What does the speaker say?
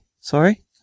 Sorry